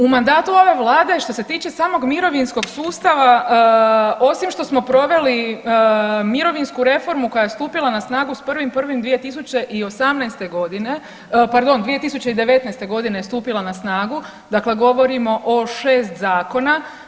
U mandatu ove vlade što se tiče samog mirovinskog sustava osim što smo proveli mirovinsku reformu koja je stupila na snagu 1.1.2018., pardon 2019. godine je stupila na snagu, dakle govorimo o 6 zakona.